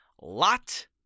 lot